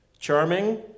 Charming